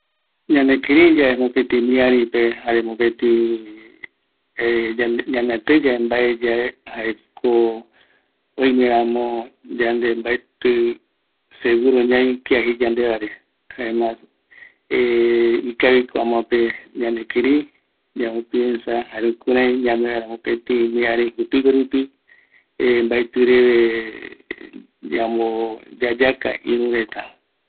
Kïrï yave yaiko miarïpe, jaeko mbaetɨramo yaikuakavi mbae, jokua yandererajavi ikaviguerupi, aguiyeara yayavɨ mbae yae, jare yayaka kia yaikuaa yave